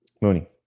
Mooney